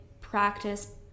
practice